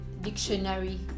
Dictionary